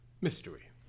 mystery